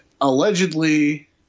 Allegedly